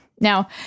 Now